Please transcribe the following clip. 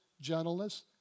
gentleness